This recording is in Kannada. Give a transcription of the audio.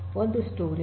ಒಂದು ಸ್ಟೋರೇಜ್